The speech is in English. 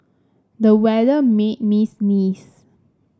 the weather made me sneeze